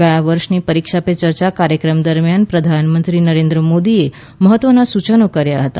ગયા વર્ષની પરીક્ષા પે ચર્ચા કાર્યક્રમ દરમિયાન પ્રધાનમંત્રી નરેન્દ્ર મોદીએ મહત્વનાં સૂચનો કર્યા હતા